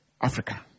africa